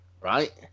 right